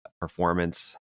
performance